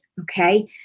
Okay